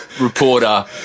reporter